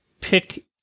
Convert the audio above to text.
pick